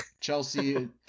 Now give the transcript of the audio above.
Chelsea